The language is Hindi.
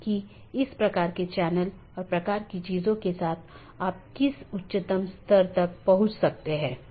हम देखते हैं कि N1 R1 AS1 है यह चीजों की विशेष रीचाबिलिटी है